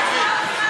אני לא מבין.